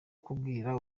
kubwira